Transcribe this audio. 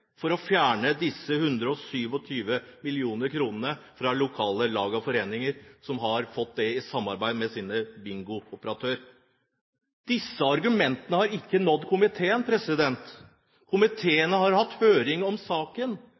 for å fjerne disse 127 mill. kr fra lokale lag og foreninger, som har fått det i samarbeid med sine bingooperatører. Disse argumentene har ikke nådd komiteen. Komiteen har hatt høring om saken.